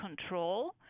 control